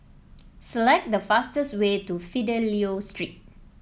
select the fastest way to Fidelio Street